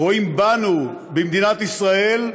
רואים בנו, במדינת ישראל,